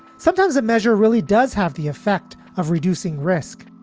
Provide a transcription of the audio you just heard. sometimes a measure really does have the effect of reducing risk,